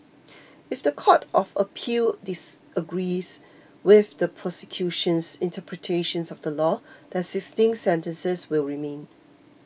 if the court of appeal disagrees with the prosecution's interpretation of the law the existing sentences will remain